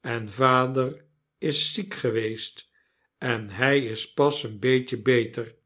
en vader is ziek geweest en hy is pas een beetje beter